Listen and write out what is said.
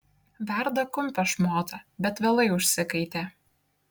verda kumpio šmotą bet vėlai užsikaitė